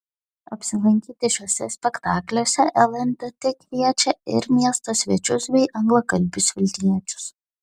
apsilankyti šiuose spektakliuose lndt kviečia ir miesto svečius bei anglakalbius vilniečius